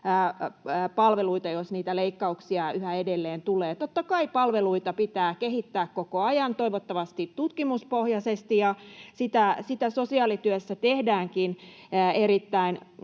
palveluita, jos niitä leikkauksia yhä edelleen tulee. Totta kai palveluita pitää kehittää koko ajan, toivottavasti tutkimuspohjaisesti, ja sitä sosiaalityössä tehdäänkin erittäin